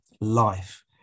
life